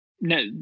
no